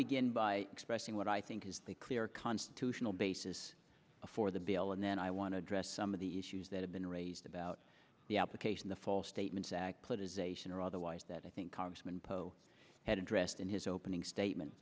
begin by expressing what i think is a clear constitutional basis for the bill and then i want to address some of the issues that have been raised about the application the false statements act put is asian or otherwise that i think congressman poe had addressed in his opening statement